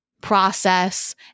process